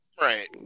Right